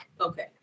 Okay